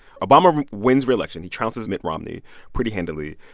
obama wins re-election. he trounces mitt romney pretty handily.